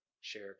share